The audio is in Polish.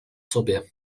sobie